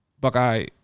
Buckeye